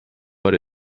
but